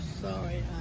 sorry